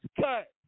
cut